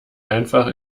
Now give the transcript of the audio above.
einfach